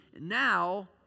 Now